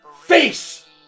face